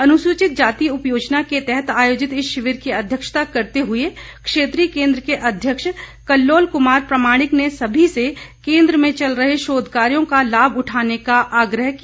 अनुसूचित जाति उपयोजना के तहत आयोजित इस शिविर की अध्यक्षता करते हुए क्षेत्रीय केन्द्र के अध्यक्ष कल्लोल कुमार प्रामाणिक ने सभी से केन्द्र में चल रहे शोध कार्यों का लाभ उठाने का आग्रह किया